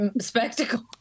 spectacle